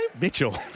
Mitchell